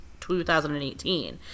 2018